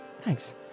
Thanks